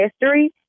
history